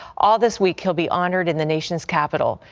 all this week he'll be honored in the nation's capitol.